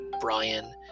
Brian